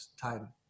time